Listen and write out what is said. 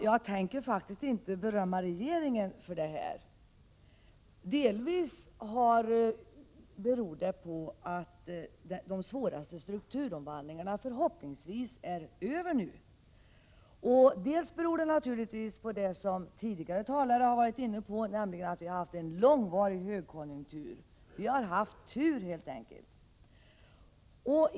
Jag tänker faktiskt inte berömma regeringen för detta, utan den beror dels på att de svåraste strukturomvandlingarna förhoppningsvis nu är över, dels naturligtvis på det som tidigare talare har varit inne på, nämligen att vi har haft en långvarig högkonjunktur. Vi har helt enkelt haft tur.